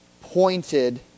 pointed